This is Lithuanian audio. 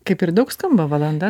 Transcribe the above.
kaip ir daug skamba valanda